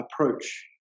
approach